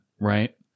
Right